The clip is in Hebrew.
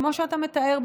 כמו שאתה מתאר,